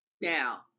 Now